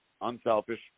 unselfish